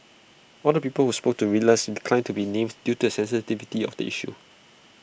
all the people who spoke to Reuters declined to be named due to the sensitivity of the issue